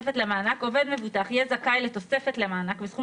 תוספת למענק עובד מבוטח יהיה זכאי לתוספת למענק בסכום